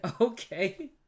okay